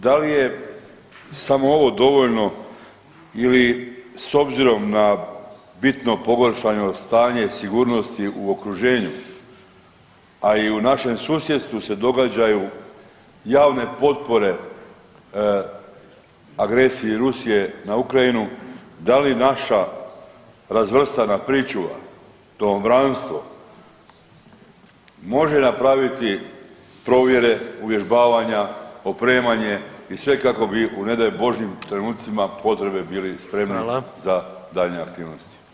Da li je samo ovo dovoljno ili s obzirom na bitno pogoršano stanje sigurnosti u okruženju, a i u našem susjedstvu se događaju javne potpore agresiji Rusije na Ukrajinu, da li naša razvrstana pričuva, domobranstvo može napraviti provjere uvježbavanja, opremanje i sve kako bi u ne daj Božjim trenucima potrebe bili spremni [[Upadica: Hvala.]] za daljnje aktivnosti?